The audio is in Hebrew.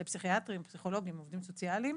לפסיכיאטרים, פסיכולוגים, עובדים סוציאליים,